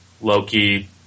Loki